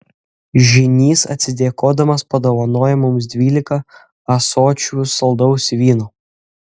žynys atsidėkodamas padovanojo mums dvylika ąsočių saldaus vyno